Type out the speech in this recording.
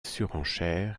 surenchère